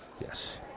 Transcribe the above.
Yes